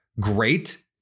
great